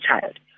child